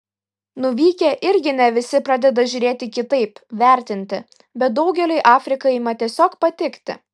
nuvykę irgi ne visi pradeda žiūrėti kitaip vertinti bet daugeliui afrika ima tiesiog patikti